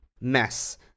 mess